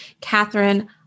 Catherine